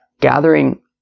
gathering